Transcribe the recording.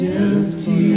empty